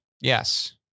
Yes